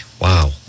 Wow